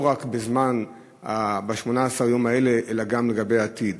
לא רק בזמן 18 הימים האלה אלא גם לגבי העתיד.